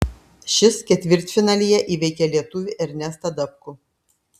šis ketvirtfinalyje įveikė lietuvį ernestą dapkų